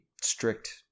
strict